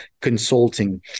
consulting